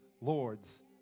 lords